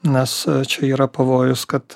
nes čia yra pavojus kad